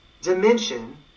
dimension